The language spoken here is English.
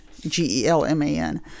g-e-l-m-a-n